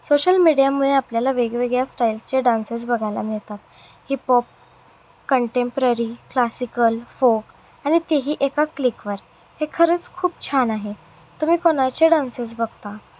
social मीडियामुळे आपल्याला वेगवेगळ्या स्टाईल्सचे डान्सेस बघायला मिळतात हिपॉप कंटेम्प्ररी क्लासिकल फोक आणि तेही एका क्लिकवर हे खरंच खूप छान आहे तुम्ही कोणाचे डान्सेस बघता